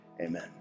Amen